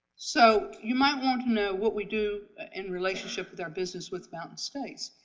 so you might want to know what we do in relationship with our business with mountain states.